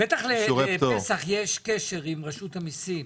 בטח לפסח יש קשר עם רשות המיסים.